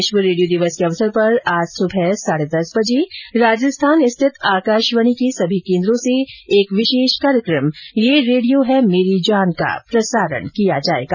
विश्व रेडियो दिवस के अवसर पर आज सुबह साढे दस बजे राजस्थान रिथत आकाशवाणी के सभी केन्द्रों से एक विशेष कार्यकम ये रेडियो है मेरी जान का प्रसारण किया जायेगा